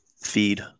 feed